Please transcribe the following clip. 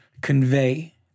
convey